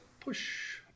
push